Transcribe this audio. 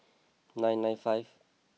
nine nine five